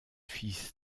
fils